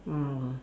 ah